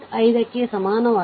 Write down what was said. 5 ಕ್ಕೆ ಸಮಾನವಾಗಿರುತ್ತದೆ